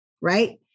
right